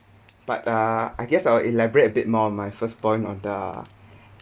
but uh I guess I’ll elaborate a bit more on my first point of the